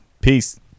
peace